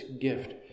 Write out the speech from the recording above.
gift